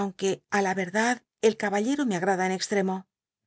aunque á la verdad el caballero me agifada en extremo